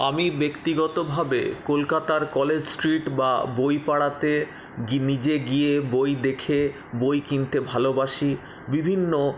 আমি ব্যক্তিগতভাবে কোলকাতার কলেজ স্ট্রীট বা বইপাড়াতে গি নিজে গিয়ে বই দেখে বই কিনতে ভালোবাসি বিভিন্ন